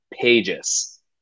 pages